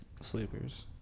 sleepers